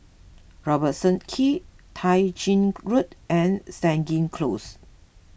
Robertson Quay Tai Gin Road and Stangee Close